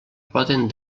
poden